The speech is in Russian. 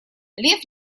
лев